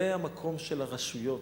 זה המקום של הרשויות.